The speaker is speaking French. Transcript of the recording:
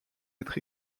être